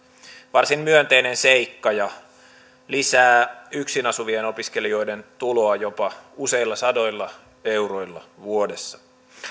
varsin myönteinen seikka ja lisää yksin asuvien opiskelijoiden tuloja jopa useilla sadoilla euroilla vuodessa